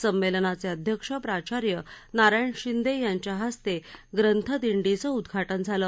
संमेलनाचे अध्यक्ष प्राचार्य नारायण शिंदे यांच्या हस्ते ग्रंथदिंडीचं उदघाटन झालं